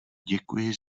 děkuji